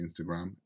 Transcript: Instagram